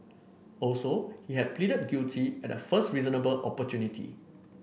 also he had pleaded guilty at the first reasonable opportunity